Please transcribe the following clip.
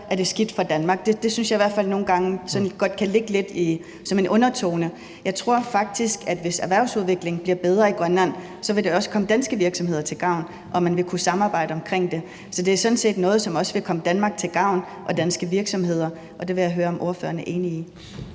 så er skidt for Danmark. Det synes jeg i hvert fald nogle gange godt kan ligge lidt som en undertone. Jeg tror faktisk, at det, hvis erhvervsudviklingen bliver bedre i Grønland, også vil komme danske virksomheder til gavn, og man vil kunne samarbejde omkring det. Så det er sådan set noget, som også vil komme Danmark og danske virksomheder til gavn, og det vil jeg høre om ordføreren er enig i.